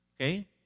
Okay